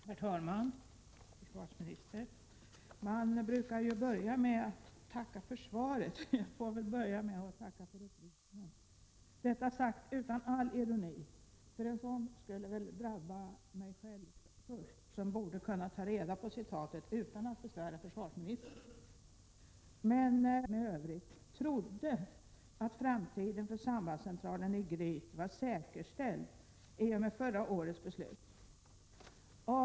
Herr talman! Man brukar börja med att tacka för svaret, så jag får väl börja med att tacka för upplysningen. Detta säger jag utan all ironi, eftersom en sådan först skulle drabba mig själv. Jag borde ju kunna ta reda på citatet utan att besvära försvarsministern. Nu har vi i alla fall fått statsmannaord på vad som gäller under nästa budgetår. När vi nu diskuterar sambandscentralen i Gryt är det två saker som jag oroar mig mycket för. Först och främst står det, enligt vad jag har nu har varsnat, i budgetpropositionen: ”Jag har beräknat medel för att även detta budgetår upprätthålla sambandscentralen vid Gryt i enlighet med tidigare beslut av riksdagen.” Jag och mina medmotionärer från Östgötabänken och riksdagen i övrigt trodde att framtiden för sambandscentralen i Gryt var säkerställd i och med förra årets beslut.